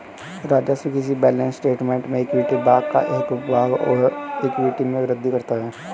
राजस्व किसी balance statement में इक्विटी भाग का एक उपभाग है और इक्विटी में वृद्धि करता है